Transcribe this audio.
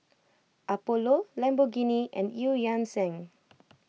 Apollo Lamborghini and Eu Yan Sang